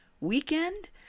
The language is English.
weekend